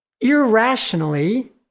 irrationally